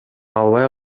албай